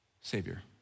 Savior